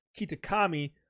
Kitakami